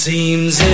Seems